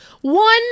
one